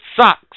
sucks